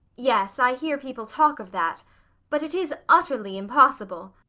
yes, i hear people talk of that but it is utterly impossible